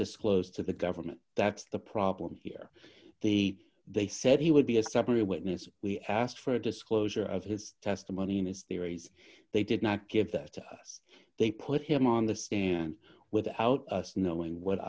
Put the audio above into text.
disclosed to the government that's the problem here the they said he would be a separate witness we asked for a disclosure of his testimony and his theories they did not give that to us they put him on the stand without us knowing what